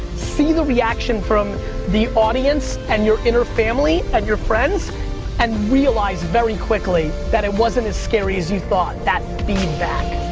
see the reaction from the audience and your inner family and your friends and realize very quickly that it wasn't as scary as you thought, that feedback.